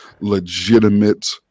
legitimate